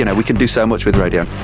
and we can do so much with radio.